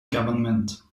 government